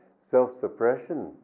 self-suppression